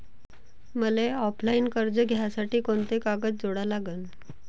मले ऑफलाईन कर्ज घ्यासाठी कोंते कागद जोडा लागन?